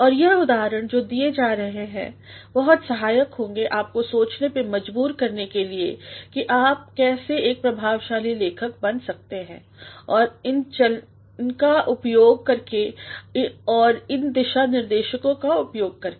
और यह उदाहरण जो दिए गए हैं बहुत सहायक होंगे आपको सोचने पे मजबूर करने के लिए की आप कैसे एक प्रभावशाली लेखक बन सकते हैं इन चल का उपयोग करकेऔर इन दिशा निर्देशों का उपयोग करके